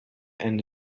and